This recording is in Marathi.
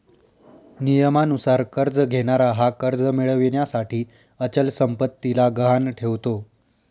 नियमानुसार कर्ज घेणारा हा कर्ज मिळविण्यासाठी अचल संपत्तीला गहाण ठेवतो